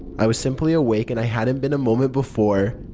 i was simply awake and i hadn't been a moment before.